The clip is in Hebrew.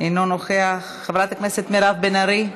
אינו נוכח, חברת הכנסת מירב בן ארי,